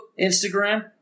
Instagram